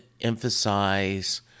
emphasize